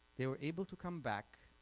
they were able to come back